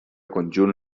conjunt